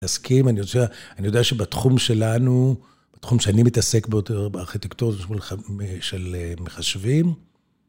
נסכים, אני יודע שבתחום שלנו, בתחום שאני מתעסק בו בארכיטקטוריה, זה... מחשבים.